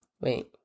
Wait